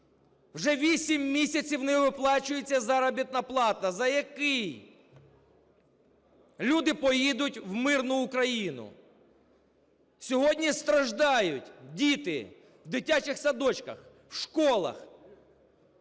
Вже вісім місяців не виплачується заробітна плата. За що люди поїдуть в мирну Україну? Сьогодні страждають діти в дитячих садочках, в школах.